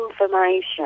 information